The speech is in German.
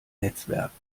netzwerken